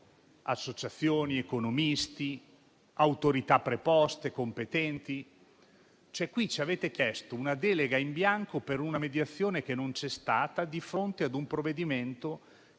associazioni, economisti e autorità preposte competenti. Ci avete chiesto una delega in bianco per una mediazione che non c'è stata, a fronte di un provvedimento